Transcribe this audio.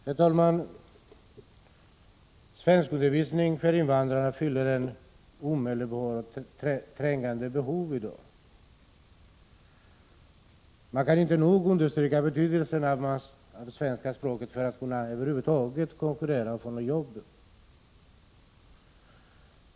Herr talman! Svenskundervisningen för invandrare fyller ett omedelbart och trängande behov. Man kan inte nog understryka betydelsen av svenska språket när det gäller att få ett jobb.